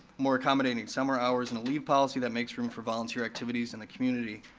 more accommodating summer hours and a leave policy that makes room for volunteer activities in the community.